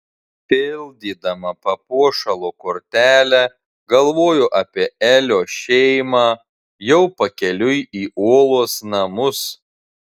pildydama papuošalo kortelę galvojo apie elio šeimą jau pakeliui į uolos namus